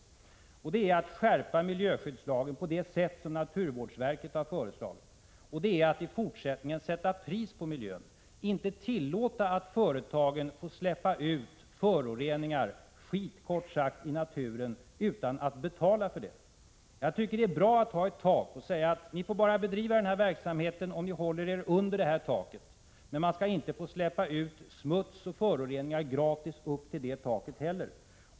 Jag har föreslagit att vi skall skärpa miljöskyddslagen på det sätt som naturvårdsverket vill, nämligen att vi i fortsättningen skall sätta pris på miljön, inte tillåta att företagen får släppa ut föroreningar — skit, kort sagt — i naturen utan att betala för det. Jag tycker att det är bra att ha ett tak och säga: Ni får bara bedriva den här verksamheten om ni håller er under taket. Men man skall inte få släppa ut smuts och föroreningar gratis upp till det taket heller.